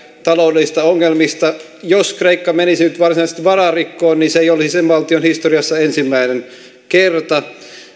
taloudellisista ongelmista jos kreikka menisi nyt varsinaisesti vararikkoon niin se ei olisi sen valtion historiassa ensimmäinen kerta